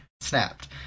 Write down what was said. snapped